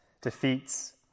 defeats